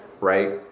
right